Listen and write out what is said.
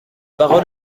parole